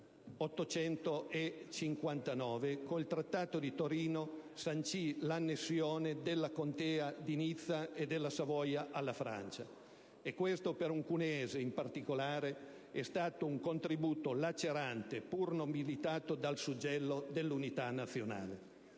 1859 - con il Trattato di Torino sancì l'annessione della Contea di Nizza e della Savoia alla Francia. E questo per un cuneese in particolare è stato un contributo lacerante pur nobilitato dal suggello dell'Unità nazionale.